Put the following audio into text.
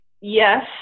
yes